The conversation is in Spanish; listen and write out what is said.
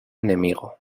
enemigo